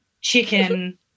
chicken